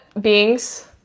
beings